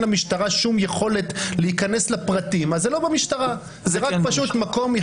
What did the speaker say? למצב שהכול נשאר במשטרה ולא צריך לחקור יותר מדי